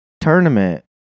tournament